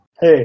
Hey